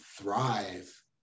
thrive